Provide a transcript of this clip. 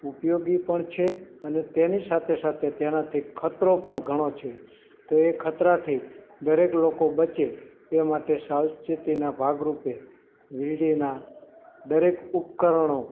ઉપયોગી પણ છે અને તેની સાથે સાથે તેનાથી ખતરો પણ ઘણો છે તો એ ખતરાથી દરેક લોકો બચે એ માટે સાવચેતીના ભાગરુપે વીજળીનાં દરેક ઉપકરણો